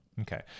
Okay